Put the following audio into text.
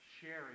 sharing